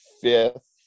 fifth